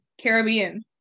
Caribbean